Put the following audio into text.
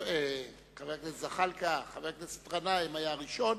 חבר הכנסת זחאלקה, חבר הכנסת גנאים היה הראשון.